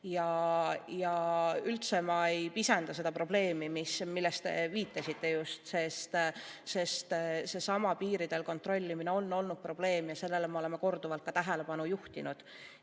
Ma üldse ei pisenda seda probleemi, millele te viitasite. Seesama piiridel kontrollimine on olnud probleem ja sellele me oleme korduvalt ka tähelepanu juhtinud